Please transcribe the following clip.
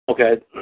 Okay